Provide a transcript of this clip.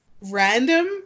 random